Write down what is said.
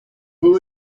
who